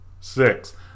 six